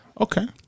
Okay